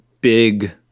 big